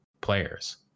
players